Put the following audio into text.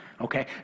Okay